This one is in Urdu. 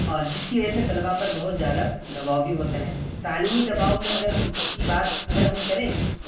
اور جس کی وجہ سے طلبا پر بہت زیادہ دباؤ بھی ہوتا ہے تعلیمی دباؤ میں اگر ہم کی بات اگر ہم کریں